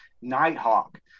nighthawk